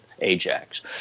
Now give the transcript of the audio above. Ajax